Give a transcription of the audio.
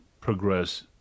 progress